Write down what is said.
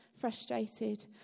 frustrated